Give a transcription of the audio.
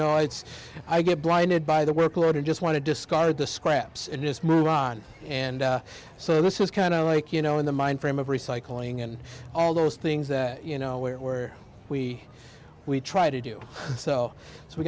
know it's i get blinded by the workload and just want to discard the scraps and just move on and so this is kind of like you know in the mind frame of recycling and all those things that you know where we we try to do so